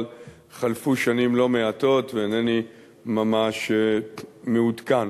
אבל חלפו שנים לא מעטות ואינני ממש מעודכן.